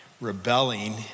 rebelling